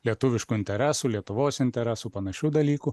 lietuviškų interesų lietuvos interesų panašių dalykų